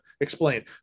explain